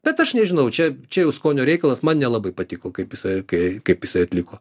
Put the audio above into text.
bet aš nežinau čia čia jau skonio reikalas man nelabai patiko kaip jisai kai kaip jisai atliko